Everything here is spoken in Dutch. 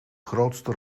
grootste